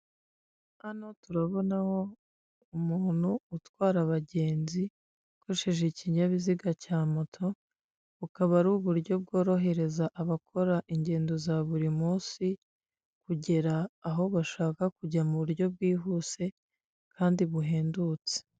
Hano turabonaho umuntu utwara abagenzi akoresheje ikinyabiziga cya moto, bukaba ari uburyo bworohereza abakora ingendo za buri munsi kugera aho bashaka kujya mu buryo bwihuse kandi buhendutse.